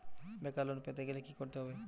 বেকার লোন পেতে গেলে কি করতে হবে?